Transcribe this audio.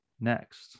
next